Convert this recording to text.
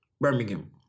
Birmingham